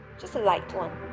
just a light one